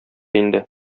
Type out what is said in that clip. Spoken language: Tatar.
инде